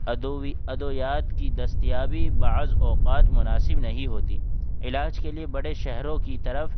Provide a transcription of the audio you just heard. ادوی ادویات کی دستیابی بعض اوقات مناسب نہیں ہوتی علاج کے لیے بڑے شہروں کی طرف